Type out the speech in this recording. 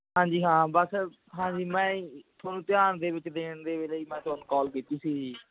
ਹਾਂਜੀ ਹਾਂ ਬਸ ਹਾਂਜੀ ਮੈਂ ਜੀ ਤੁਹਾਨੂੰ ਧਿਆਨ ਦੇ ਵਿੱਚ ਦੇਣ ਦੇ ਲਈ ਮੈਂ ਤੁਹਾਨੂੰ ਕੌਲ ਕੀਤੀ ਸੀ ਜੀ